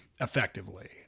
Effectively